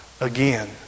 again